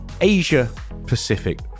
Asia-Pacific